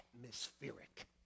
atmospheric